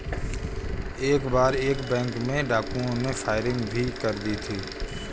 एक बार एक बैंक में डाकुओं ने फायरिंग भी कर दी थी